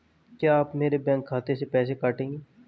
क्या आप मेरे बैंक खाते से पैसे काटेंगे?